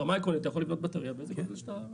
ברמה העקרונית אתה יכול לבנות בטרייה באיזה גודל שאתה רוצה,